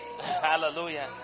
hallelujah